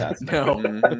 No